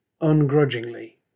ungrudgingly